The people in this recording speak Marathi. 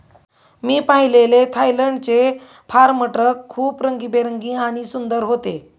मी पाहिलेले थायलंडचे फार्म ट्रक खूप रंगीबेरंगी आणि सुंदर होते